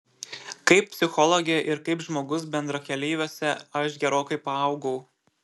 kaip psichologė ir kaip žmogus bendrakeleiviuose aš gerokai paaugau